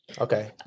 okay